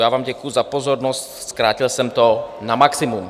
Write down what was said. Já vám děkuji za pozornost, zkrátil jsem to na maximum.